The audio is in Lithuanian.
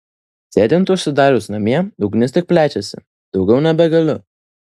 sėdint užsidarius namie ugnis tik plečiasi daugiau nebegaliu